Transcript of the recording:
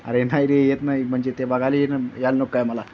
अरे नाही रे येत नाही म्हणजे ते बघायला न यायला नको काय मला